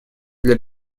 для